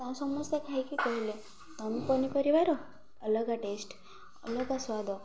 ତାହା ସମସ୍ତେ ଖାଇକି କହିଲେ ତମ ପନିପରିବାର ଅଲଗା ଟେଷ୍ଟ୍ ଅଲଗା ସ୍ୱାଦ